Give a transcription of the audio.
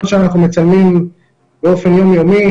אנחנו מצלמים באופן יומיומי.